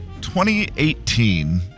2018